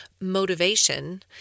Motivation